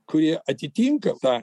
kurie atitinka tą